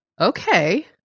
Okay